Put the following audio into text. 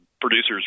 producers